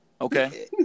Okay